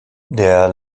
der